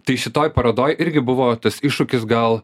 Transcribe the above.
tai šitoj parodoj irgi buvo tas iššūkis gal